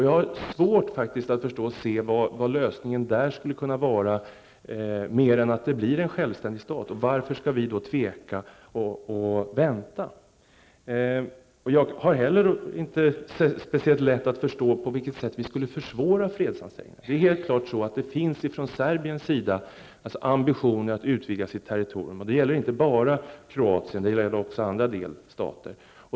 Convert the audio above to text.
Jag har svårt att se vad lösningen där skulle kunna vara, mer än att man blir en självständig stat. Varför skall vi då tveka? Jag har inte heller speciellt lätt att förstå på vilket sätt vi skulle försvåra fredsansträngningarna. Det finns helt klart ambitioner från Serbiens sida att utvidga sitt territorium, och det gäller inte bara i Kroatien utan också i andra delstater.